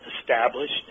established